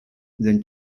then